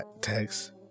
text